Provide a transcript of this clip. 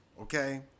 Okay